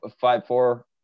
five-four